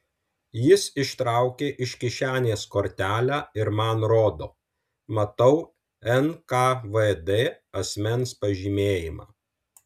jis ištraukė iš kišenės kortelę ir man rodo matau nkvd asmens pažymėjimą